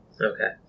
Okay